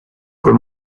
por